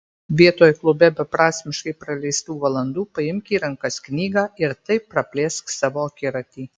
vietoj klube beprasmiškai praleistų valandų paimk į rankas knygą ir taip praplėsk savo akiratį